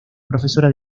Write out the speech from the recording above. profesora